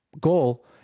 goal